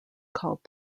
called